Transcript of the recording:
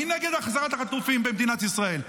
מי נגד החזרת החטופים במדינת ישראל?